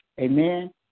Amen